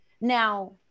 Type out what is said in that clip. Now